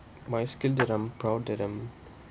my skill that I'm proud that I'm